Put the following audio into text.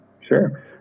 Sure